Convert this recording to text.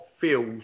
feels